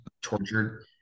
tortured